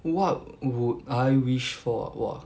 what would I wish for ah !wah!